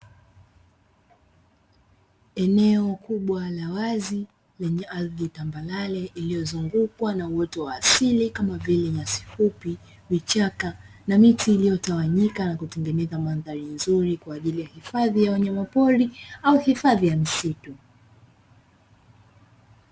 Eneo kubwa la wazi lenye ardhi tambarare iliyozungukwa na uoto wa asili kama vile: nyasi fupi, vichaka na miti iliyotawanyika na kutengeneza mandhari nzuri, kwa ajili ya hifadhi ya wanyamapori au hifadhi ya msitu.